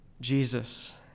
Jesus